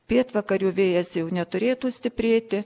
pietvakarių vėjas jau neturėtų stiprėti